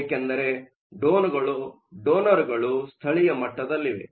ಏಕೆಂದರೆ ಡೊನರ್ಗಳು ಸ್ಥಳೀಯ ಮಟ್ಟದಲ್ಲಿವೆ